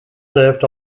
served